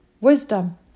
Wisdom